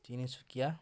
Tinsukia